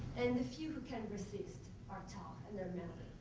and the few who can resist are tough, and they're manly.